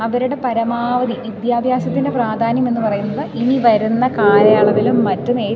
അവരുടെ പരമാവധി വിദ്യാഭ്യാസത്തിൻ്റെ പ്രാധാന്യമെന്നു പറയുന്നത് ഇനി വരുന്ന കാലയളവിലും മറ്റും